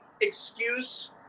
excuse